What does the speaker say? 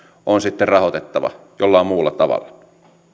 on sitten rahoitettava jollain muulla tavalla